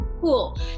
cool